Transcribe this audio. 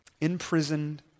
Imprisoned